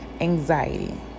anxiety